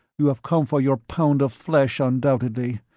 you have come for your pound of flesh, undoubtedly.